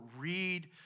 read